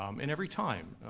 um and every time.